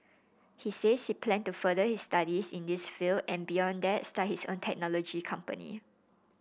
he says he plan to further his studies in this field and beyond that start his own technology company